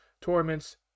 torments